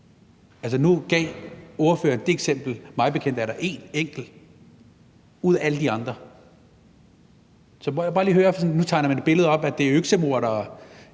nu gav ordføreren dét eksempel. Mig bekendt er det én enkelt ud af dem alle. Nu tegner man et billede af, at det er øksemordere,